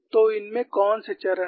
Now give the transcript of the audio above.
तो इसमें कौन से चरण हैं